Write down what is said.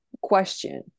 question